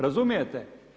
Razumijete?